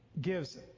gives